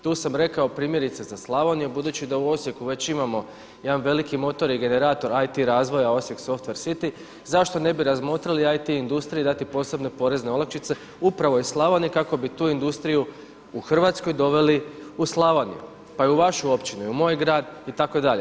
Tu sam rekao primjerice za Slavoniju budući da u Osijeku već imamo jedan veliki motor i generator IT razvoja Osijek softver city, zašto ne bi razmotrili IT industriju i dati im posebne porezne olakšice upravo iz Slavonije kako bi tu industriju u Hrvatskoj doveli u Slavoniju, pa i u vašu općinu, i u moj grad itd.